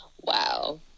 Wow